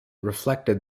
reflected